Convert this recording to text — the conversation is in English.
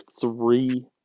three